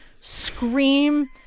scream